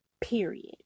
period